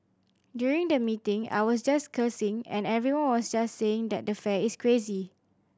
during the meeting I was just cursing and everyone was just saying that the fare is crazy